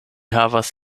havas